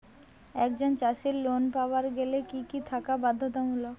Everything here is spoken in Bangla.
একজন চাষীর লোন পাবার গেলে কি কি থাকা বাধ্যতামূলক?